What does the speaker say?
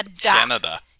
Canada